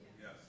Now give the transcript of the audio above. Yes